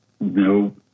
no